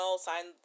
signed